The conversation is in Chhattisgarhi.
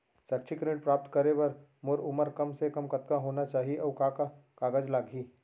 शैक्षिक ऋण प्राप्त करे बर मोर उमर कम से कम कतका होना चाहि, अऊ का का कागज लागही?